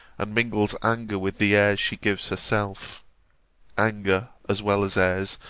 and mingles anger with the airs she gives herself anger as well as airs,